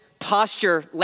posture